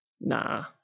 nah